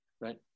right